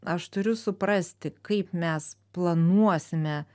aš turiu suprasti kaip mes planuosime